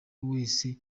wese